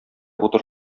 утыр